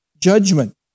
judgment